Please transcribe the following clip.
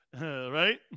Right